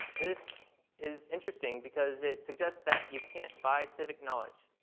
this is interesting because it suggests that you can't buy civic knowledge.